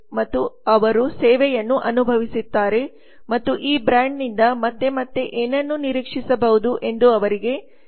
ಮತ್ತು ಅವರು ಸೇವೆಯನ್ನು ಅನುಭವಿಸುತ್ತಾರೆ ಮತ್ತು ಈ ಬ್ರ್ಯಾಂಡ್ ನಿಂದ ಮತ್ತೆ ಮತ್ತೆ ಏನನ್ನು ನಿರೀಕ್ಷಿಸಬಹುದು ಎಂದು ಅವರಿಗೆ ತಿಳಿದಿರುತ್ತದೆ